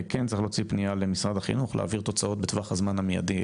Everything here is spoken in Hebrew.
צריך להוציא פניה למשרד החינוך להעביר תוצאות בטווח הזמן המיידי,